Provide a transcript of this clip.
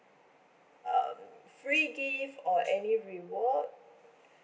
um free gift or any reward